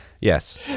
yes